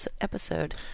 episode